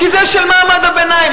כי זה של מעמד הביניים.